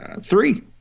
Three